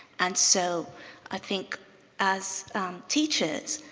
and so i think as teachers,